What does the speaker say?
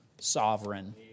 sovereign